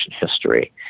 history